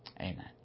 Amen